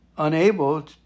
unable